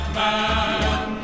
man